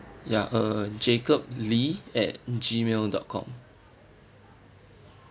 ya uh jacob lee at G mail dot com